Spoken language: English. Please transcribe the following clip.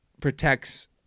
protects